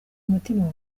umutima